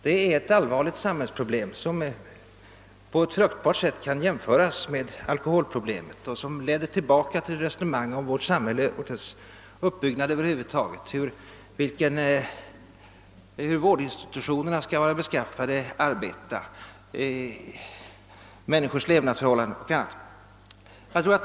Det är ett allvarligt samhällsproblem, som med all rätt kan jämföras med alkoholproblemet och som leder tillbaka till resonemanget om vårt samhälle och dess uppbyggnad över hu: vud taget: hur vårdinstitutionerna skall vara beskaffade och arbeta, människors levnadsförhållanden etc.